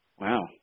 wow